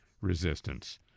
resistance